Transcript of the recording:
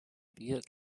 beit